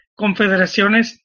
Confederaciones